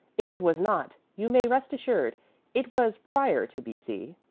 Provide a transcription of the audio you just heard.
if it was not, you may rest assured it was prior to b c.